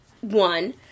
one